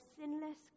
sinless